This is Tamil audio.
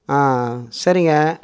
ஆ ஆ சரிங்க